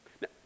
Now